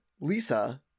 Lisa